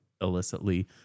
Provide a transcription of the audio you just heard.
illicitly